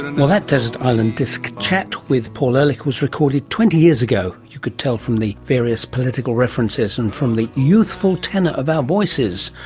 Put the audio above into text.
well that desert island disc chat with paul ehrlich was recorded twenty years ago. you could tell from the various political references, and the youthful tenor of our voices.